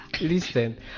Listen